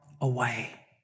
away